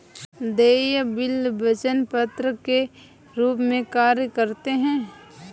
देय बिल वचन पत्र के रूप में कार्य करते हैं